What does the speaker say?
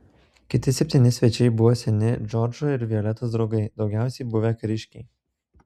kiti septyni svečiai buvo seni džordžo ir violetos draugai daugiausiai buvę kariškiai